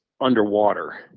underwater